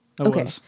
Okay